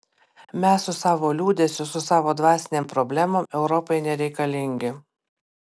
mes su savo liūdesiu su savo dvasinėm problemom europai nereikalingi